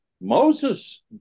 Moses